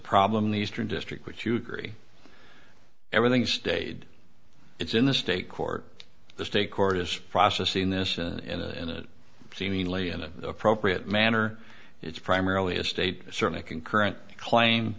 problem in the eastern district which you agree everything stayed it's in the state court the state court is processing this in seemingly in an appropriate manner it's primarily a state certainly concurrent claim